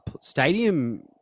stadium